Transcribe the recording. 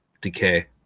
Decay